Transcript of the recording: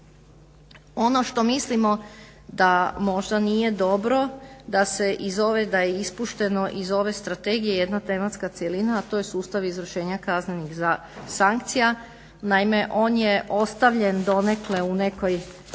Ono što mislimo da možda nije dobro da je ispušteno iz ove strategije jedna tematska cjelina, a to je sustav izvršenja kaznenih sankcija. Naime, on je ostavljen donekle u nekoj